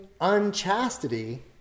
unchastity